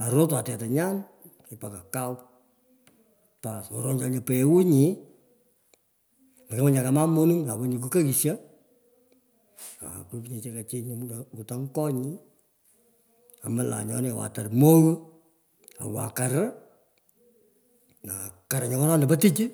Arotwon tetanyan mpaka kau, orangchan nyu, peghuny mokengwan nye kama moning, aku wo nyu kukoisho, aa kwipunye chekochi kutangu konyi, ambulan nyoni kauan tarr mogh awa kar, aa koran ngo nyona po tich.